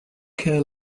care